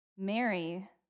Mary